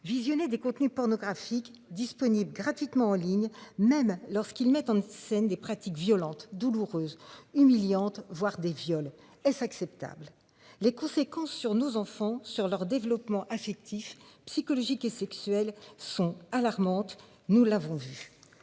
visionner des contenus pornographiques disponible gratuitement en ligne, même lorsqu'ils mettent en scène des pratiques violentes douloureuse, humiliante, voire des viols. Est-ce acceptable. Les conséquences sur nos enfants sur leur développement affectif, psychologique et sexuel sont alarmantes. Nous l'avons vu